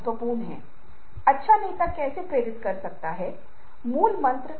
और ये झूठ हालांकि हम उन्हें अपने भाषण में दबा देते हैं परिलक्षित होते हैं किसी न किसी तरह से शारीरिक रूप से